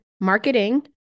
marketing